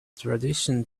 tradition